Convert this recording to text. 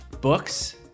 books